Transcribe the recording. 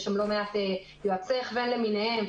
יש שם לא מעט יועצי הכוון למיניהם,